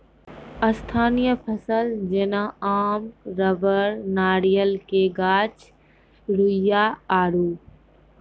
स्थायी फसल जेना आम रबड़ नारियल के गाछ रुइया आरु